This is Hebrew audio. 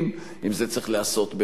אם זה צריך להיעשות בשלבים,